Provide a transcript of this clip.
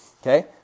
okay